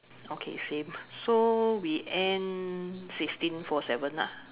okay same so we end sixteen four seven ah